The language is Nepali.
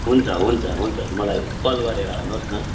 हुन्छ हुन्छ हुन्छ मलाई कल गरेर आउनुहोस् न